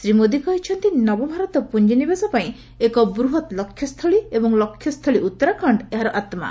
ଶ୍ରୀ ମୋଦି କହିଛନ୍ତି ନବଭାରତ ପୁଞ୍ଜିନିବେଶପାଇଁ ଏକ ବୃହତ୍ ଲକ୍ଷ୍ୟସ୍ଥଳୀ ଏବଂ ଲକ୍ଷ୍ୟସ୍ଥଳୀ ଉତ୍ତରାଖଣ୍ଡ ଏହାର ଆତ୍କା